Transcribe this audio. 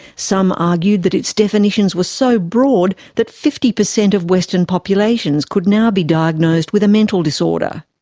some argued that its definitions were so broad that fifty percent of western populations could now be diagnosed with a mental disorder.